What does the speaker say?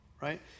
right